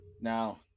now